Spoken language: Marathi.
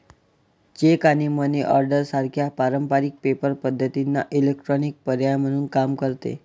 चेक आणि मनी ऑर्डर सारख्या पारंपारिक पेपर पद्धतींना इलेक्ट्रॉनिक पर्याय म्हणून काम करते